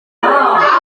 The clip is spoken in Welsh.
ewch